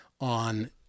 on